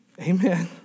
Amen